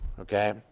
okay